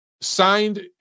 signed